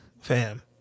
Fam